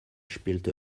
spielte